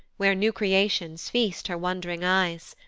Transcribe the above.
where new creations feast her wond'ring eyes.